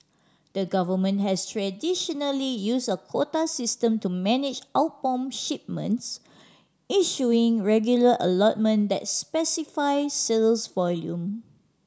the government has traditionally used a quota system to manage outbound shipments issuing regular allotment that specify sales volume